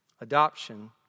Adoption